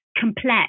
complex